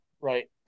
right